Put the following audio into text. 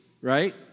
right